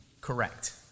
correct